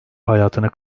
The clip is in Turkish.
hayatını